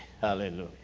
hallelujah